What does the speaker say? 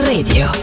Radio